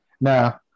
Now